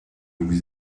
vous